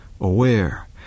aware